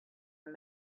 and